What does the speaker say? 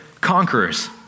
conquerors